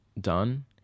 done